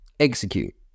execute